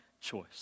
choice